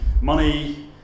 money